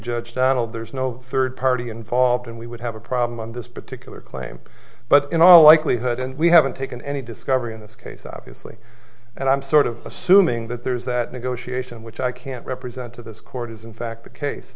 judge panel there's no third party involved and we would have a problem on this particular claim but in all likelihood and we haven't taken any discovery in this case obviously and i'm sort of assuming that there's that negotiation which i can't represent to this court is in fact the case